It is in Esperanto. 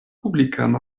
publikan